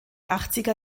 achtziger